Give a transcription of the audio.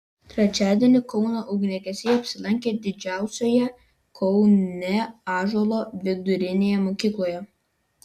trečiadienį kauno ugniagesiai apsilankė didžiausioje kaune ąžuolo vidurinėje mokykloje